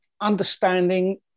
understanding